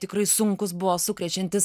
tikrai sunkus buvo sukrečiantis